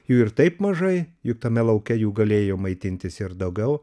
jų ir taip mažai juk tame lauke jų galėjo maitintis ir daugiau